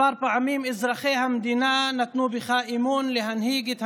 כמה פעמים אזרחי המדינה נתנו בך אמון להנהיג את המדינה,